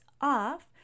off